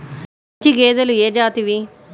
మంచి గేదెలు ఏ జాతివి?